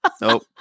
Nope